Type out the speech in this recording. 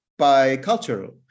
bicultural